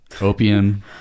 opium